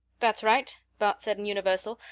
that's right, bart said in universal,